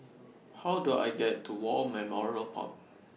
How Do I get to War Memorial Park